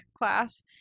class